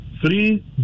Three